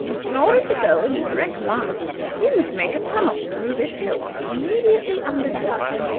in order to go in a direct line we must make a tunnel through this hill, immediately under the house.